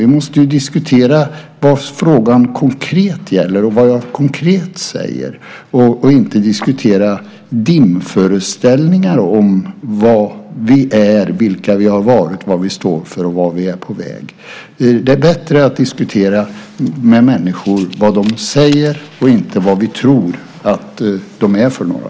Vi måste diskutera vad frågan konkret gäller och vad jag konkret säger och inte diskutera dimföreställningar om vad vi är, vilka vi har varit, vad vi står för och vart vi är på väg. Det är bättre att diskutera med människor utifrån vad de säger och inte vad vi tror att de är för några.